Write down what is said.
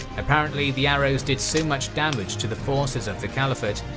apparently, the arrows did so much damage to the forces of the caliphate,